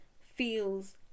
feels